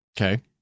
Okay